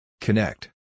Connect